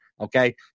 Okay